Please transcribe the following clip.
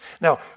Now